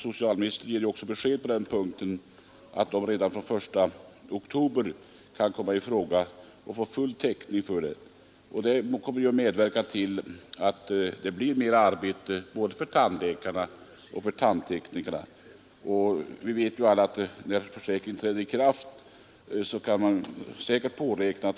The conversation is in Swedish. Socialministern gav ju också beskedet att vederbörande redan från den 1 oktober kan få full täckning, och det kommer att medverka till att det blir mera arbete både för tandläkarna och för tandteknikerna. Vi vet alla att man säkert kan påräkna köer när försäkringen träder i kraft.